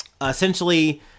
essentially